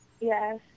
Yes